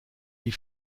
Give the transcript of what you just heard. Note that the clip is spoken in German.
die